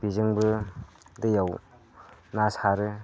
बेजोंबो दैआव ना सारो